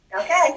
Okay